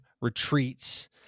retreats